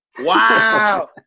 Wow